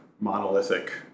monolithic